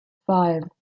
five